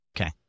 Okay